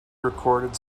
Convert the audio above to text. recorded